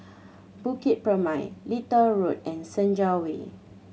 Bukit Purmei Little Road and Senja Way